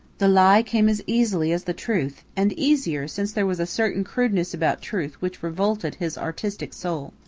the lie came as easily as the truth, and easier, since there was a certain crudeness about truth which revolted his artistic soul.